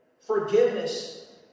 forgiveness